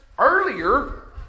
Earlier